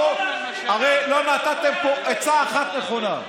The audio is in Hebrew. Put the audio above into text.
בוא, הרי לא נתתם פה עצה אחת נכונה.